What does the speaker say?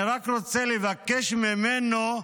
אני רק רוצה לבקש ממנו: